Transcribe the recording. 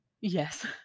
Yes